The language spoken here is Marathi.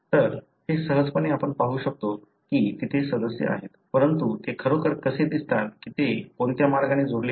तर हे सहजपणे आपण पाहू शकतो की तिथे सदस्य आहेत परंतु ते खरोखर कसे दिसतात की ते कोणत्या मार्गाने जोडलेले आहेत